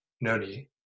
Noni